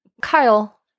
Kyle